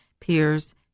peers